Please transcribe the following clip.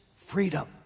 Freedom